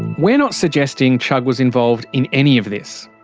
we're not suggesting chugg was involved in any of this.